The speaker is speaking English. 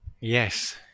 Yes